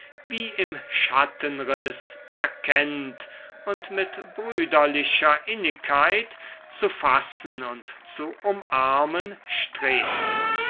wie im schattenriß erkennt und mit brüderlicher innigkeit zu fassen und zu umarmen strebt